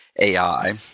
AI